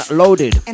loaded